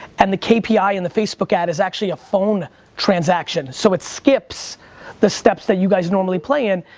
and the kpi and the facebook ad is actually a phone transaction, so it skips the steps that you guys normally play in,